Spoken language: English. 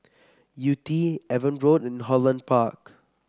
Yew Tee Avon Road and Holland Park